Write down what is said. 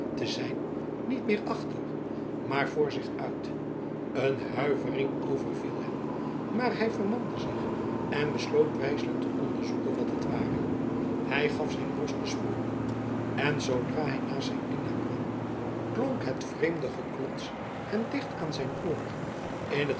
te zijn niet meer achter maar voor zich uit een huivering overviel hem maar hij vermande zich en besloot wijselijk te onderzoeken wat het ware hij gaf zijn ros de sporen en zoodra hij naast zijn dienaar kwam klonk het vreemde geklots hem dicht aan zijn oor in